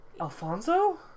Alfonso